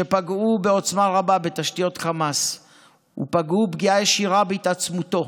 שפגעו בעוצמה רבה בתשתיות חמאס ופגעו פגיעה ישירה בהתעצמותו.